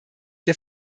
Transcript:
der